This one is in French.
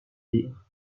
dire